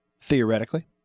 theoretically